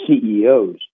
CEOs